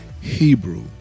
hebrew